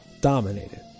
dominated